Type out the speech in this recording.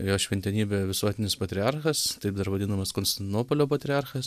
jo šventenybė visuotinis patriarchas taip dar vadinamas konstantinopolio patriarchas